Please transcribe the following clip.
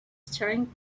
staring